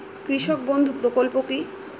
কৃষক বন্ধু প্রকল্প কি?